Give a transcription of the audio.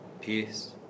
peace